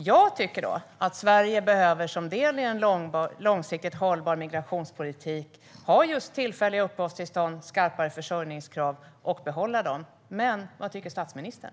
Jag tycker att Sverige som en del i en långsiktigt hållbar migrationspolitik behöver ha just tillfälliga uppehållstillstånd och skarpare försörjningskrav och behålla dem. Men vad tycker statsministern?